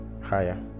higher